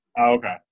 okay